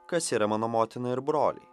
kas yra mano motina ir broliai